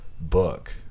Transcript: book